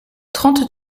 trente